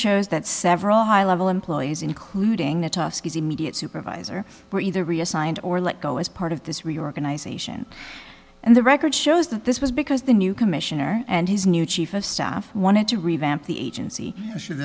shows that several high level employees including the tosk his immediate supervisor were either reassigned or let go as part of this reorganization and the record shows that this was because the new commissioner and his new chief of staff wanted to revamp the agency and